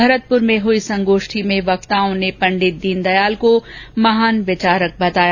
भरतपुर में हई संगोष्ठी में वक्ताओं ने पण्डित दीनदयाल को महान विचारक बताया